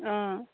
অঁ